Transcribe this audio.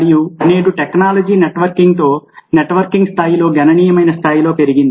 మరియు నేడు టెక్నాలజీ నెట్వర్కింగ్తో నెట్వర్కింగ్ స్థాయిలో గణనీయమైన స్థాయిలో పెరిగింది